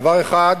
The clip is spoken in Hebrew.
דבר אחד,